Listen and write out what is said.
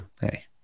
Hey